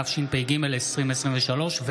התשפ"ג 2023,